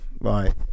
right